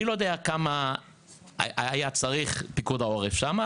אני לא יודע כמה היה צריך את פיקוד העורף שם,